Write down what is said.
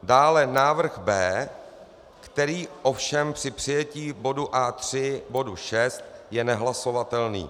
Dále návrh B, který ovšem při přijetí bodu A3 bodu 6 je nehlasovatelný.